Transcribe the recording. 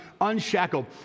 unshackled